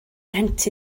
rhentu